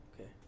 okay